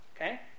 Okay